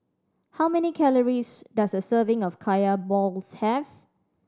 how many calories does a serving of Kaya balls have